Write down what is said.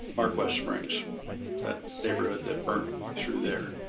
our quest springs that neighborhood that burnt through there